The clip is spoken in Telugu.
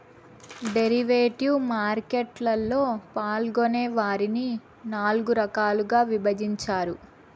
డెరివేటివ్ మార్కెట్ లలో పాల్గొనే వారిని నాల్గు రకాలుగా విభజించారు